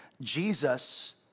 Jesus